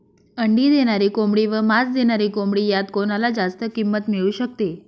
अंडी देणारी कोंबडी व मांस देणारी कोंबडी यात कोणाला जास्त किंमत मिळू शकते?